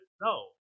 No